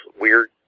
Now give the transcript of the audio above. weird